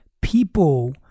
people